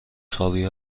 خوابی